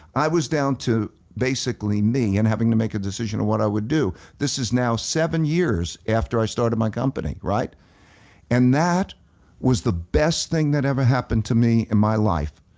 i was down to basically me and having to make a decision on what i would do. this is now seven years after i started my company. and that was the best thing that ever happened to me in my life.